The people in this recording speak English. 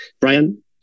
Brian